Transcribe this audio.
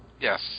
Yes